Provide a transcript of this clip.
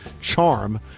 charm